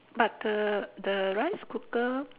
but the the rice cooker